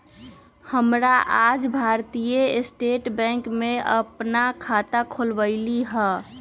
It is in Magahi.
हम आज भारतीय स्टेट बैंक में अप्पन खाता खोलबईली ह